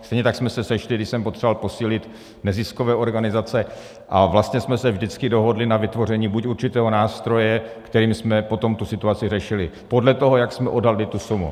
Stejně tak jsme se sešli, když jsem potřeboval posílit neziskové organizace, a vlastně jsme se vždycky dohodli na vytvoření buď určitého nástroje, kterým jsme potom situaci řešili podle toho, jak jsme odhadli tu sumu.